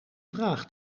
vraag